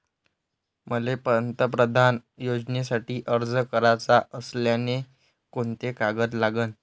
मले पंतप्रधान योजनेसाठी अर्ज कराचा असल्याने कोंते कागद लागन?